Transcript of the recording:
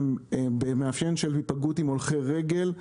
במאפיין של היפגעות עם הולכי רגל,